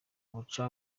buca